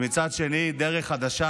ומצד שני דרך חדשה.